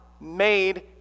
made